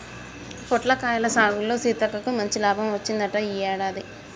పొట్లకాయల సాగులో సీతక్కకు మంచి లాభం వచ్చిందంట ఈ యాడాది